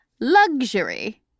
luxury